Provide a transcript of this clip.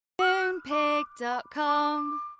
Moonpig.com